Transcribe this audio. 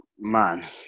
man